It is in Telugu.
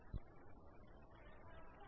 ధన్యవాదాలు